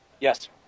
Yes